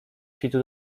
świtu